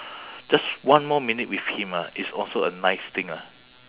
just one more minute with him ah it's also a nice thing ah